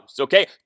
okay